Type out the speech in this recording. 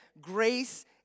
grace